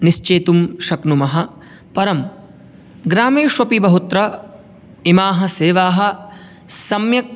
निश्चेतुं शक्नुमः परं ग्रामेष्वपि बहुत्र इमाः सेवाः सम्यक्